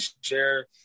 share